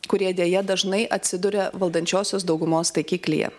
kurie deja dažnai atsiduria valdančiosios daugumos taikiklyje